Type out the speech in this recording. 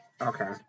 okay